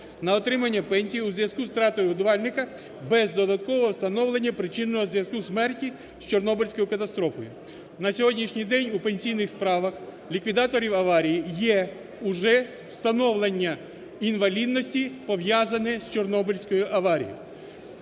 на отримання пенсії у зв'язку з втратою годувальника без додаткового встановлення причинного зв'язку смерті з Чорнобильською катастрофою. На сьогоднішній день у пенсійних справах ліквідаторів аварії є уже встановлення інвалідності, пов'язане з Чорнобильською аварією.